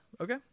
okay